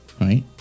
right